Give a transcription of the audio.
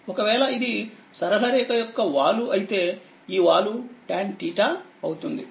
ఒకవేళ ఇది సరళ రేఖ యొక్క వాలు అయితే ఈవాలు Tanఅవుతుంది